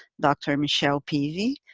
dr. michelle peavy,